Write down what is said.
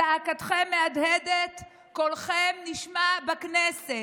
זעקתכם מהדהדת, קולכם נשמע בכנסת.